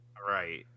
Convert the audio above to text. Right